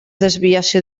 desviació